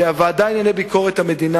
אני גם מאמין שהוועדה לענייני ביקורת המדינה,